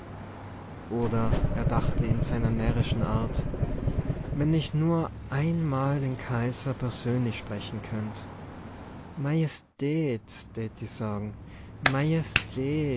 oder er dachte in seiner närrischen art wenn ich nur emal den kaiser persönlich sprechen könnt majestät tät ich sagen